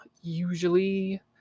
usually